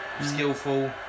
skillful